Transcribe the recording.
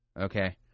Okay